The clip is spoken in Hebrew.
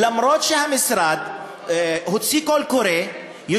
למרות הקול הקורא שהמשרד הוציא.